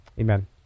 Amen